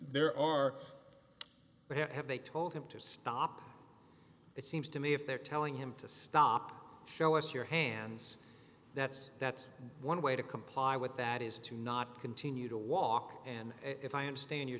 have they told him to stop it seems to me if they're telling him to stop show us your hands that's that's one way to comply with that is to not continue to walk and if i understand your